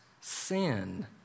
sin